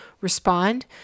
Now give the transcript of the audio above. respond